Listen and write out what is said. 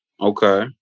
Okay